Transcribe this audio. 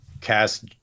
cast